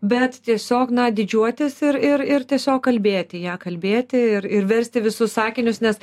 bet tiesiog na didžiuotis ir ir ir tiesiog kalbėti ją kalbėti ir ir versti visus sakinius nes